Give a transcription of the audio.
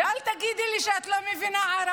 פליטים במולדת שלהם.) ואל תגידי לי שאת לא מבינה ערבית.